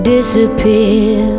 Disappear